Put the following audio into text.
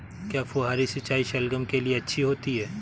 क्या फुहारी सिंचाई शलगम के लिए अच्छी होती है?